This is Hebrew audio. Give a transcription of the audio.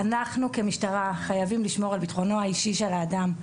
אנחנו כמשטרה חייבים לשמור על ביטחונו האישי של האדם.